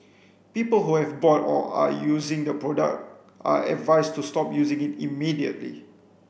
people who have bought or are using the product are advised to stop using it immediately